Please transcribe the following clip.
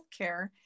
healthcare